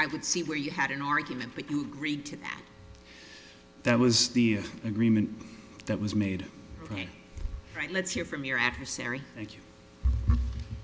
i would see where you had an argument but you agreed to that that was the agreement that was made right let's hear from your adversary